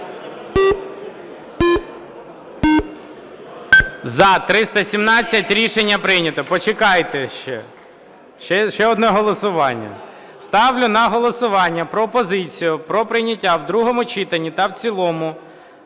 За-317 Рішення прийнято. Почекайте ще. Ще одне голосування. Ставлю на голосування пропозицію про прийняття в другому читанні та в цілому